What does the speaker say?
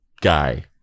guy